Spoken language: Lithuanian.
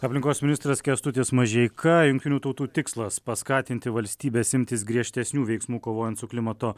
aplinkos ministras kęstutis mažeika jungtinių tautų tikslas paskatinti valstybes imtis griežtesnių veiksmų kovojant su klimato